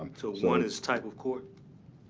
um so so one is type of court?